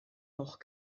noch